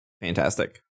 fantastic